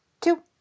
two